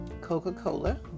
Coca-Cola